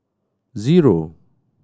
zero